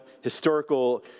historical